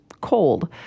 cold